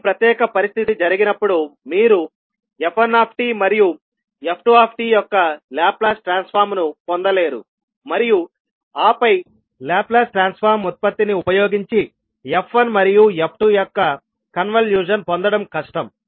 ఈ ప్రత్యేక పరిస్థితి జరిగినప్పుడు మీరు f1 మరియు f2 యొక్క లాప్లాస్ ట్రాన్స్ఫార్మ్ ను పొందలేరు మరియు ఆపై లాప్లాస్ ట్రాన్స్ఫార్మ్ ఉత్పత్తిని ఉపయోగించి f1 మరియు f2 యొక్క కన్వల్యూషన్ పొందడం కష్టం